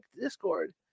Discord